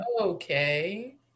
okay